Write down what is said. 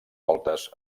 voltes